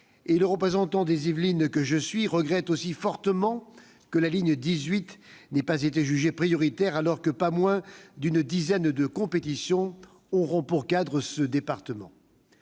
Le représentant des Yvelines que je suis déplore également fortement que la ligne 18 n'ait pas été jugée prioritaire alors que pas moins d'une dizaine de compétitions auront pour cadre ce département.